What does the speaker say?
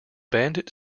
bandit